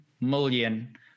million